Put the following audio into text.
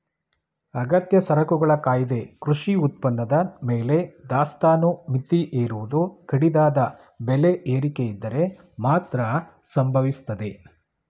ಅಗತ್ಯ ಸರಕುಗಳ ಕಾಯ್ದೆ ಕೃಷಿ ಉತ್ಪನ್ನದ ಮೇಲೆ ದಾಸ್ತಾನು ಮಿತಿ ಹೇರುವುದು ಕಡಿದಾದ ಬೆಲೆ ಏರಿಕೆಯಿದ್ದರೆ ಮಾತ್ರ ಸಂಭವಿಸ್ತದೆ